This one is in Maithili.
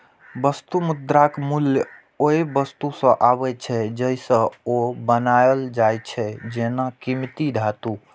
वस्तु मुद्राक मूल्य ओइ वस्तु सं आबै छै, जइसे ओ बनायल जाइ छै, जेना कीमती धातु